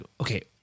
okay